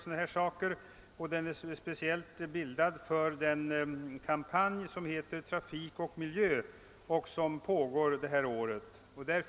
Jag yrkar bifall till reservationerna 8 och 9 vid punkten 3.